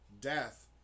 Death